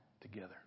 together